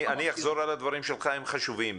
אני אחזור על הדברים שלך, הם חשובים.